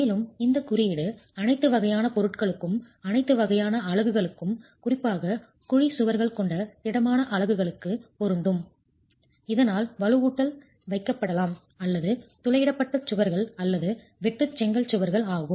மேலும் இந்த குறியீடு அனைத்து வகையான பொருட்களுக்கும் அனைத்து வகையான அலகுகளுக்கும் குறிப்பாக குழி சுவர்கள் கொண்ட திடமான அலகுகளுக்கு பொருந்தும் இதனால் வலுவூட்டல் வைக்கப்படலாம் அல்லது துளையிடப்பட்ட சுவர்கள் அல்லது வெற்று செங்கல் சுவர்கள் ஆகும்